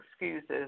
excuses